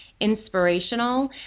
inspirational